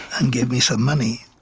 and gave me some money.